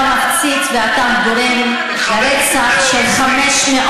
אתה מפציץ ואתה גורם לרצח של 500